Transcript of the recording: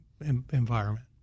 environment